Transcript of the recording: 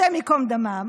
השם ייקום דמם,